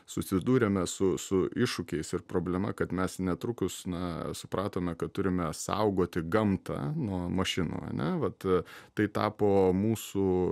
susidūrėme su su iššūkiais ir problema kad mes netrukus na supratome kad turime saugoti gamtą nuo mašinų ane vat tai tapo mūsų